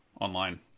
online